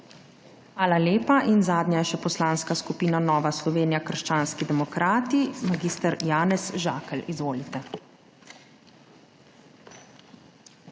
Hvala lepa. Zadnja je še Poslanska skupina Nova Slovenija - krščanski demokrati in mag. Janez Žakelj. Izvolite.